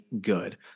good